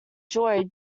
joy